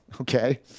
okay